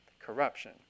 corruption